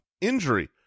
injury